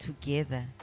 together